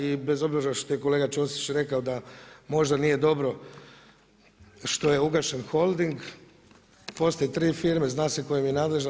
I bez obzira što je kolega Ćosić rekao da možda nije dobro što je ugašen Holding, postoje tri firme, zna se tko im je nadležan.